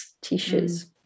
tissues